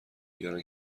بیارن